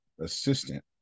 assistant